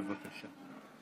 בבקשה.